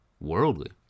Worldly